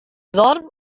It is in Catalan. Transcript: dorm